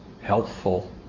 helpful